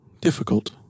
difficult